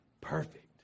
Perfect